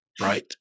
Right